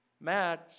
match